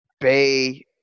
Bay